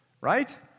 right